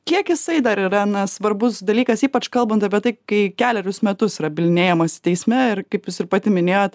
kiek jisai dar yra na svarbus dalykas ypač kalbant apie tai kai kelerius metus yra bylinėjamasi teisme ir kaip jūs ir pati minėjot